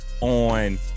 on